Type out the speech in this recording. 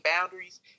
boundaries